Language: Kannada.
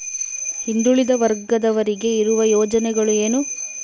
ಹಿಂದುಳಿದ ವರ್ಗದವರಿಗೆ ಇರುವ ಯೋಜನೆಗಳು ಏನು?